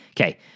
Okay